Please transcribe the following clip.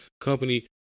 company